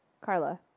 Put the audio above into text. Carla